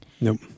Nope